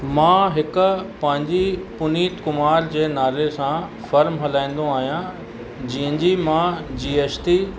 मां हिकु पंहिंजी पुनित कुमार जे नाले सां फ़र्म हलाईंदो आहियां जंहिंजी मां जी एस टी